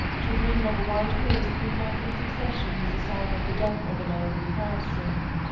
to dream of a white horse three nights in succession is a sign of the death of an elderly person.